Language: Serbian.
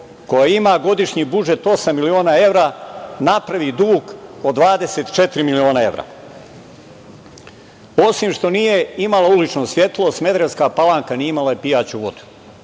koja ima godišnji budžet od osam miliona evra napravi dug od 24 miliona evra? Osim što nije imalo ulično svetlo, Smederevska Palanka, nije imala ni pijaću vodu.